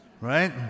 Right